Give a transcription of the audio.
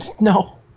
No